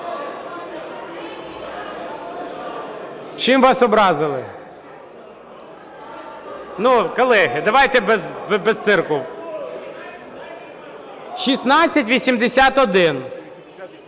Чим вас образили? Колеги, давайте без цирку. 1681.